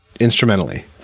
instrumentally